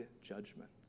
judgment